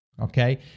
Okay